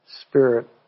spirit